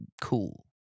cool